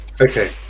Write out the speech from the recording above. Okay